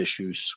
issues